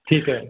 ਠੀਕ ਹੈ